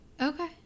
Okay